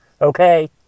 okay